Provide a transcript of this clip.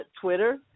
Twitter